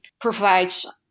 provides